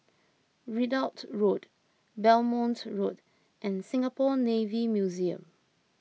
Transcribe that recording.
Ridout Road Belmont Road and Singapore Navy Museum